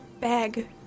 bag